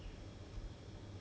对 lor then after that